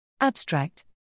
Abstract